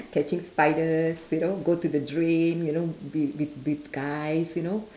catching spiders you know go to the drain you know wi~ wi~ with guys you know